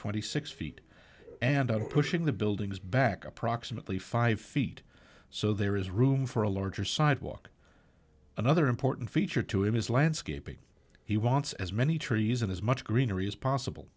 twenty six feet and are pushing the buildings back approximately five feet so there is room for a larger sidewalk another important feature to his landscaping he wants as many trees and as much greenery as possible